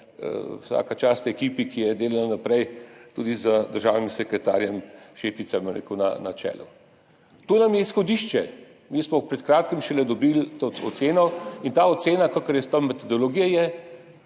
vsaka čast ekipi, ki je delala naprej, tudi z državnim sekretarjem Šeficem na čelu. To nam je izhodišče. Mi smo šele pred kratkim dobili to oceno in ta ocena, kakor jaz poznam metodologijo,